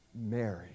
Mary